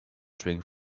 drink